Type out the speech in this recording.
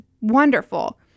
wonderful